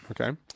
okay